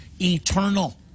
eternal